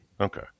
Okay